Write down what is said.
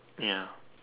ya